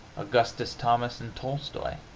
augustus thomas and tolstoi!